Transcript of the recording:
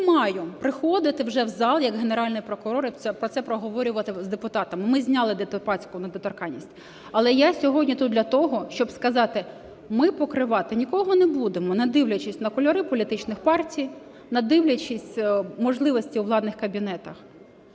не маю приходити вже в зал як Генеральний прокурор, і про це проговорювати з депутатами. Ми зняли депутатську недоторканність. Але я сьогодні тут для того, щоб сказати: ми покривати нікого не будемо, не дивлячись на кольори політичних партій, не дивлячись на можливості у владних кабінетах.